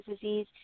disease